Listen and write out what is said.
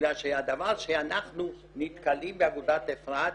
בגלל שהדבר שאנחנו נתקלים באגודת אפרת,